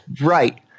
Right